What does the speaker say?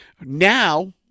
Now